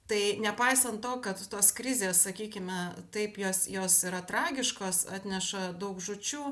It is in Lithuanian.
tai nepaisant to kad tos krizės sakykime taip jos jos yra tragiškos atneša daug žūčių